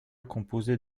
composée